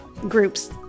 groups